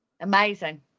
Amazing